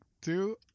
two